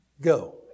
Go